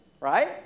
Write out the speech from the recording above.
Right